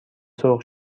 سرخ